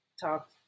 talk